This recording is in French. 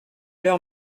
leur